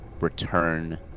Return